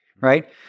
right